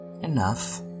Enough